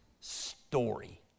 story